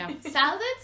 Salads